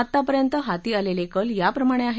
आतापर्यंत हाती आलेले कल याप्रमाणे आहेत